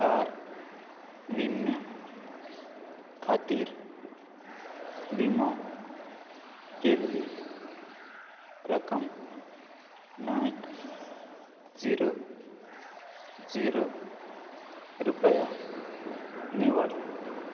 car विम्या खातीर विमो केल्ली रक्कम नायन जिरो जिरो रुपया निवड